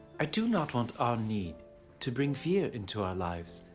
i do not want our need to bring fear into our lives.